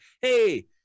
hey